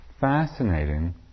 fascinating